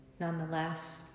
nonetheless